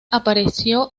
apareció